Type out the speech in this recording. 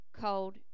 called